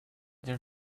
their